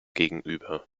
gegenüber